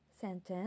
sentence